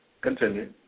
Continue